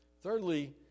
Thirdly